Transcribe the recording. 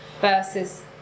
versus